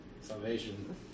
Salvation